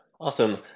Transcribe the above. Awesome